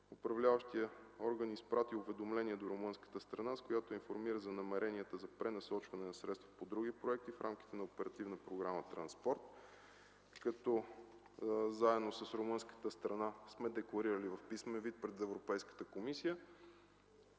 управляващият орган изпрати уведомление до румънската страна, с което я информира за намеренията за пренасочване на средства по други проекти в рамките на Оперативна програма „Транспорт”, като заедно с румънската страна сме декларирали в писмен вид пред Европейската комисия